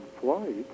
flight